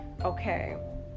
okay